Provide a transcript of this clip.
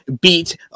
beat